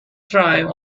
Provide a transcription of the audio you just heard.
thrive